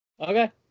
Okay